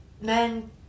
men